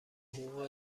حقوق